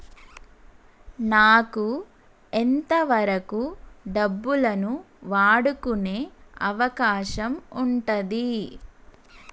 నాకు ఎంత వరకు డబ్బులను వాడుకునే అవకాశం ఉంటది?